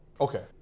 Okay